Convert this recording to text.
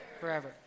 Forever